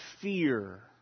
fear